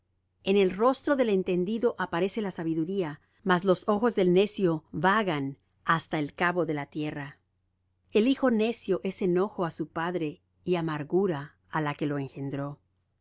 en el rostro del entendido aparece la sabiduría mas los ojos del necio vagan hasta el cabo de la tierra el hijo necio es enojo á su padre y amargura á la que lo engendró